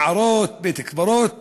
מערות, בית-קברות עתיק.